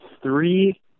three